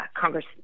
Congress